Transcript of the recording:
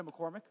McCormick